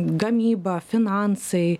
gamyba finansai